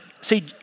see